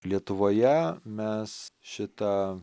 lietuvoje mes šitą